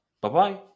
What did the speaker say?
Bye-bye